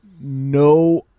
no